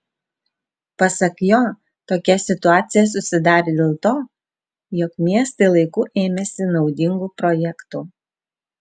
pasak jo tokia situacija susidarė dėl to jog miestai laiku ėmėsi naudingų projektų